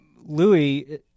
louis